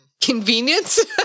Convenience